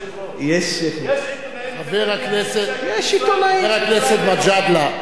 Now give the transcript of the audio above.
יש עיתונאים, שמקבל, חבר הכנסת מג'אדלה,